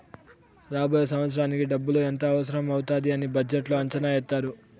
రాబోయే సంవత్సరానికి డబ్బులు ఎంత అవసరం అవుతాది అని బడ్జెట్లో అంచనా ఏత్తారు